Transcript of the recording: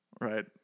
right